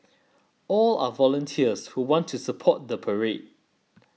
all are volunteers who want to support the parade